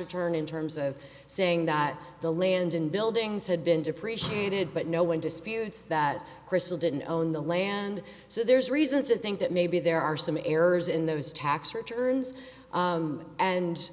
return in terms of saying that the land and buildings had been depreciated but no one disputes that crystal didn't own the land so there's reason to think that maybe there are some errors in those tax returns and